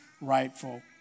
rightful